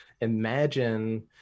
imagine